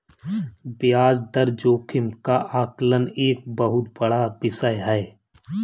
ब्याज दर जोखिम का आकलन एक बहुत बड़ा विषय है